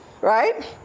right